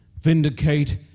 vindicate